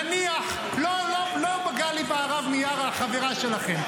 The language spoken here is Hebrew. נניח, לא גלי בהרב מיארה, החברה שלכם.